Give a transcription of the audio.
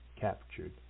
captured